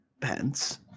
pants